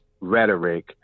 rhetoric